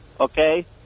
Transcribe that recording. okay